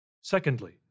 Secondly